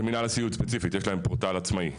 של מנהל הסיעוד ספציפית, יש להם פורטל עצמאי.